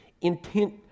intent